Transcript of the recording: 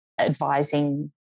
advising